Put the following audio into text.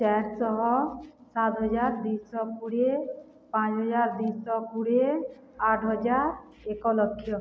ଚାରିଶହ ସାତହଜାର ଦୁଇଶହ କୋଡ଼ିଏ ପାଞ୍ଚହଜାର ଦୁଇଶହ କୋଡ଼ିଏ ଆଠହଜାର ଏକ ଲକ୍ଷ